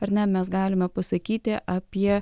ar ne mes galime pasakyti apie